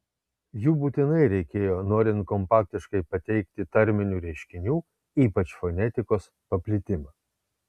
jų būtinai reikėjo norint kompaktiškai pateikti tarminių reiškinių ypač fonetikos paplitimą